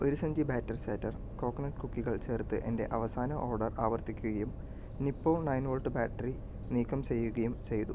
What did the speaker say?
ഒരു സഞ്ചി batter chatter coconut കുക്കികൾ ചേർത്ത് എന്റെ അവസാന ഓർഡർ ആവർത്തിക്കുകയും നിപ്പോ നയൻ വോൾട്ട് ബാറ്ററി നീക്കം ചെയ്യുകയും ചെയ്തു